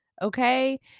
Okay